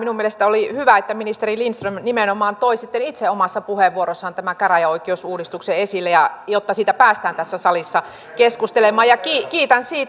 minun mielestäni oli hyvä että ministeri lindström nimenomaan toi sitten itse omassa puheenvuorossaan tämän käräjäoikeusuudistuksen esille jotta siitä päästään tässä salissa keskustelemaan ja kiitän siitä